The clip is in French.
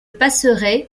passerai